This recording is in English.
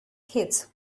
his